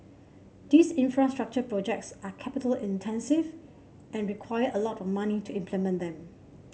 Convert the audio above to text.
these infrastructure projects are capital intensive and require a lot of money to implement them